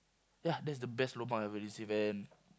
ya that's the best lobang I ever received and